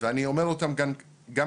ואני אומר אותם גם כאן.